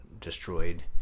destroyed